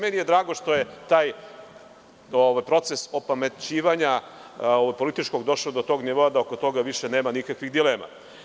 Meni je drago što je taj proces opamećivanja od političkog došlo do tog nivoa da oko toga nema više nikakvih dilema.